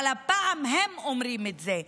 אבל הפעם הם אומרים את זה,